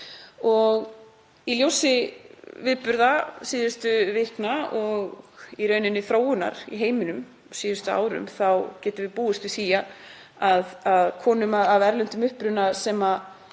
Í ljósi atburða síðustu vikna og í rauninni þróunar í heiminum á síðustu árum þá getum við búist við því að konum af erlendum uppruna